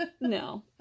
no